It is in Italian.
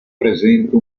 presenta